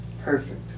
Perfect